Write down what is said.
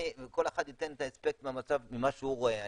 וכל אחד ייתן את האספקט ממה שהוא רואה.